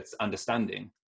understanding